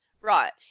right